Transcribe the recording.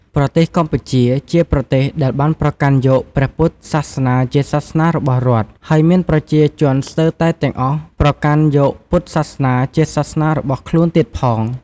ប្រទេសកម្ពុជា ជាប្រទេសដែលបានប្រកាន់យកព្រះពុទ្ធសាសនាជាសាសនារបស់រដ្ឋ ហើយមានប្រជាជនស្ទើរតែទាំងអស់ប្រកាន់យកពុទ្ធសាសនាជាសាសនារបស់ខ្លួនទៀតផង។